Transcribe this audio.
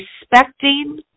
Respecting